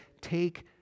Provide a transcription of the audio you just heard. take